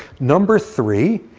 number three,